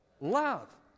Love